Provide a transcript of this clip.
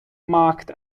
marked